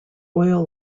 oil